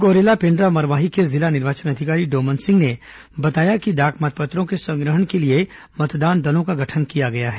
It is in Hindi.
गौरेला पेण्डा मरवाही के जिला निर्वाचन अधिकारी डोमन सिंह ने बताया कि डाक मतपत्रों के संग्रहण के लिए मतदान दलों का गठन किया गया है